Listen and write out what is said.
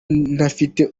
ntafite